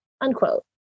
unquote